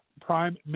prime